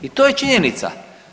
I to je činjenica.